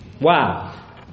Wow